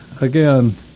again